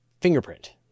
fingerprint